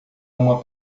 uma